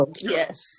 Yes